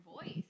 voice